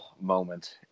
moment